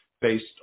based